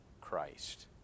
Christ